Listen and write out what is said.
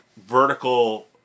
vertical